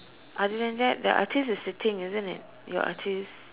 other than that the artist is sitting isn't your artist